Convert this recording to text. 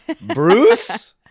Bruce